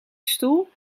stoel